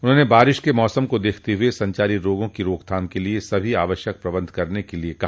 उन्होंने बारिश के मौसम को देखते हुए संचारी रोगों की रोकथाम के लिये सभी आवश्यक प्रबंध करने क लिये कहा